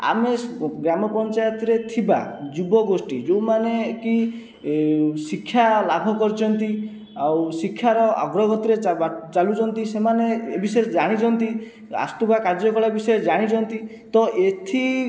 ଆମେ ଗ୍ରାମ ପଞ୍ଚାୟତରେ ଥିବା ଯୁବ ଗୋଷ୍ଠୀ ଯେଉଁମାନେ କି ଶିକ୍ଷା ଲାଭ କରିଛନ୍ତି ଆଉ ଶିକ୍ଷାର ଅଗ୍ରଗତିରେ ଚାଲୁଛନ୍ତି ସେମାନେ ଏ ବିଷୟରେ ଜାଣିଛନ୍ତି ଆସୁଥିବା କାର୍ଯ୍ୟକଳାପ ବିଷୟରେ ଜାଣିଛନ୍ତି ତ ଏଥି